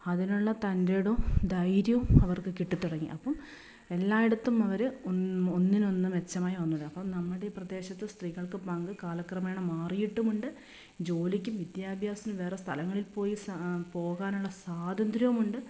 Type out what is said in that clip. അതിനുള്ള തൻ്റേടവും ധൈര്യവും അവർക്ക് കിട്ടി തുടങ്ങി അപ്പം എല്ലായിടത്തും അവർ ഒന്നിനൊന്ന് മെച്ചമായി വന്നത് അപ്പം നമ്മുടെ ഈ പ്രദേശത്ത് സ്ത്രീകൾക്ക് പങ്ക് കാലക്രമേണ മാറിയിട്ടുമുണ്ട് ജോലിക്ക് വിദ്യാഭ്യസം വേറെ സ്ഥലങ്ങളിൽ പോയി പോകാനുള്ള സ്വാതന്ത്ര്യയവും ഉണ്ട്